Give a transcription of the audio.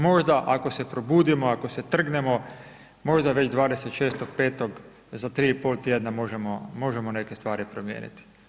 Možda ako se probudimo, ako se trgnemo, možda već 26.5., za 3 i pol tjedna možemo neke stvari promijeniti.